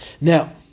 Now